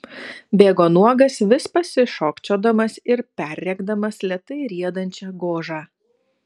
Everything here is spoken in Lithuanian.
bėgo nuogas vis pasišokčiodamas ir perrėkdamas lėtai riedančią gožą